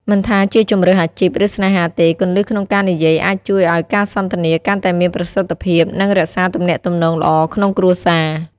មិនថាជាជម្រើសអាជីព ឬស្នេហាទេ គន្លឹះក្នុងការនិយាយអាចជួយឱ្យការសន្ទនាកាន់តែមានប្រសិទ្ធភាព និងរក្សាទំនាក់ទំនងល្អក្នុងគ្រួសារ។